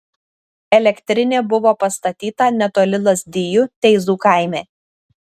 elektrinė buvo pastatyta netoli lazdijų teizų kaime